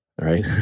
right